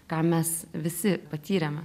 ką mes visi patyrėme